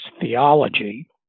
theology